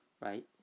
right